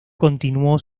continuó